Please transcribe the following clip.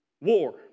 War